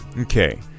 Okay